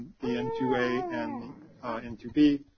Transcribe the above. the n two a and the n two b.